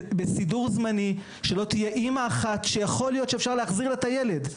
בסידור זמני; שלא תהיה אימא אחת שיכול להיות שאפשר להחזיר לה את הילד.